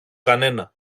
κανένα